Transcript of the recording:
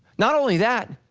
not only that,